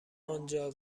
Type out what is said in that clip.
آنجا